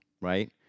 right